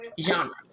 genre